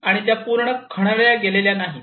आणि त्या पूर्ण खणल्या गेलेल्या नाहीत